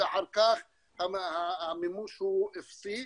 ואחר כך המימוש הוא אפסי.